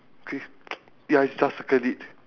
okay ya I just circled it